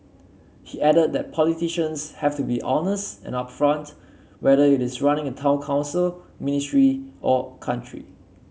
he added that politicians have to be honest and upfront whether it is running a town council ministry or country